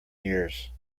years